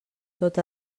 tot